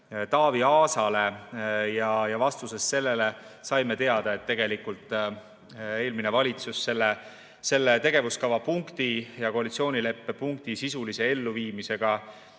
Taavi Aasale. Vastusest sellele saime teada, et tegelikult eelmine valitsus selle tegevuskava punkti ja koalitsioonileppe punkti sisulise elluviimisega